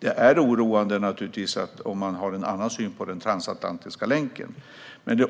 Det är naturligtvis oroande om man har en annan syn på den transatlantiska länken. Men